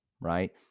right